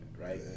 right